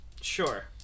Sure